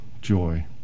joy